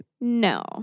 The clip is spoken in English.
No